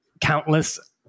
countless